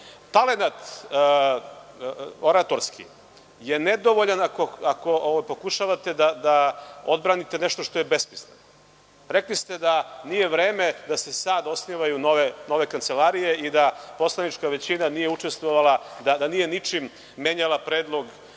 oratorski je nedovoljan ako pokušavate da odbranite nešto što je besmisleno. Rekli ste da nije vreme da se sad osnivaju nove kancelarije i da poslanička većina nije učestvovala, da nije ničim menjala Predlog